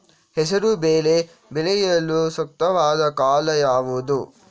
ಹೆಸರು ಬೇಳೆ ಬೆಳೆಯಲು ಸೂಕ್ತವಾದ ಕಾಲ ಯಾವುದು?